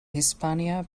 hispania